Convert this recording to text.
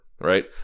right